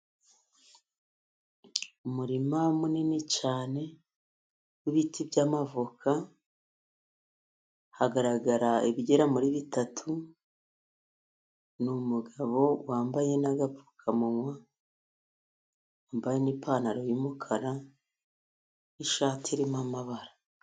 Umurima munini cyane w'ibiti by'amavoka, hagaragara ibigera muri bitatu ,ni umugabo wambaye n'agapfukamunwa, wambaye n'ipantaro y'umukara, n'ishati irimo amabara.